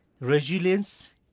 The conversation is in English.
resilience